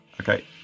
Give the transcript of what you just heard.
Okay